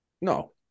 No